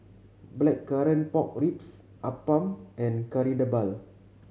Blackcurrant Pork Ribs appam and Kari Debal